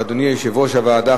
אדוני יושב-ראש הוועדה,